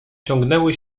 ciągnęły